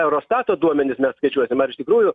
eurostato duomenis mes skaičiuosim ar iš tikrųjų